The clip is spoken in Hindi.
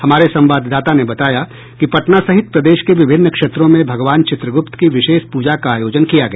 हमारे संवाददाता ने बताया कि पटना सहित प्रदेश के विभिन्न क्षेत्रों में भगवान चित्रगुप्त की विशेष पूजा का आयोजन किया गया